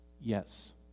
yes